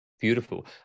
beautiful